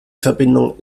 verbindung